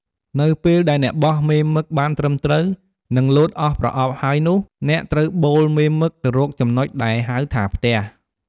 នៅពេលដែលអ្នកបោះមេមឹកបានត្រឹមត្រួវ និង លោតអស់ប្រអប់ហើយនោះ អ្នកត្រូវប៉ូលមេមឹកទៅរកចំណុចដែរហៅថាផ្ទះ។